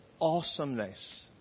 awesomeness